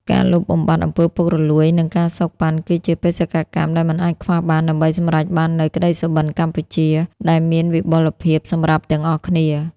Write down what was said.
ការលុបបំបាត់ អំពើពុករលួយ និង ការសូកប៉ាន់ គឺជាបេសកកម្មដែលមិនអាចខ្វះបាន ដើម្បីសម្រេចបាននូវ "ក្តីសុបិនកម្ពុជា" ដែលមានវិបុលភាពសម្រាប់ទាំងអស់គ្នា។